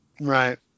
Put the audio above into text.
Right